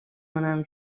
کنم